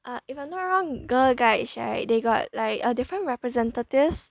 uh if I'm not wrong girl guides right they got like a different representatives